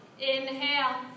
Inhale